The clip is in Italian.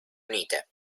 unite